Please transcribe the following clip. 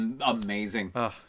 amazing